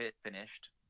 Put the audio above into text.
finished